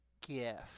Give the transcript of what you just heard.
gift